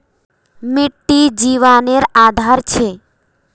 मिटटी जिवानेर आधार छे